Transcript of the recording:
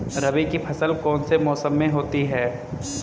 रबी की फसल कौन से मौसम में होती है?